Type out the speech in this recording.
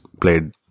played